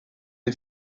les